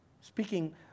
Speaking